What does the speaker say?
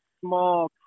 small